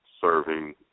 serving